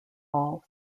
all